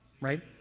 right